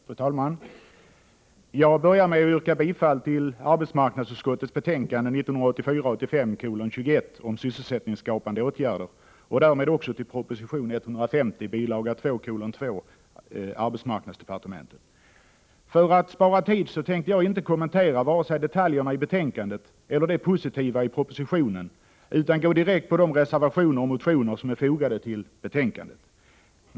Fru talman! Jag börjar med att yrka bifall till hemställan i arbetsmarknadsutskottets betänkande 1984/85:21 om sysselsättningsskapande åtgärder och tillstyrker därmed också förslaget i proposition 150 bil. 2:2 arbetsmarknadsdepartementet. För att spara tid tänker jag inte kommentera vare sig detaljerna i betänkandet eller det positiva i propositionen, utan gå direkt på de reservationer och motioner som är fogade till betänkandet.